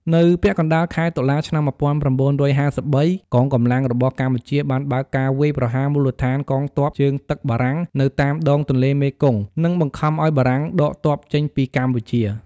នៅពាក់កណ្ដាលខែតុលា ឆ្នាំ ១៩៥៣ កងកម្លាំងរបស់កម្ពុជា បានបើកការវាយប្រហារមូលដ្ឋានកងទ័ពជើងទឹកបារាំងនៅតាមដង ទន្លេមេគង្គ និងបង្ខំឱ្យបារាំងដកទ័ពចេញពីកម្ពុជា។